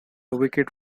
wicket